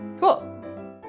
Cool